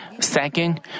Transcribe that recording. Second